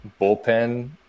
bullpen